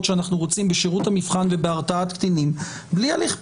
שאנחנו רוצים בשירות המבחן ובהתרעת קטינים בלי הליך פלילי.